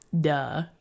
Duh